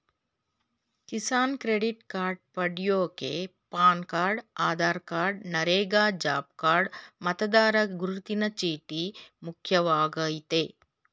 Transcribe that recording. Kisan credit card ಪಡ್ಯೋಕೆ PAN card Aadhaar card NREGA job card ಮತದಾರರ ಗುರುತಿನ ಚೀಟಿ ಮುಖ್ಯವಾಗಯ್ತೆ